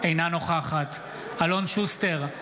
אינה נוכחת אלון שוסטר,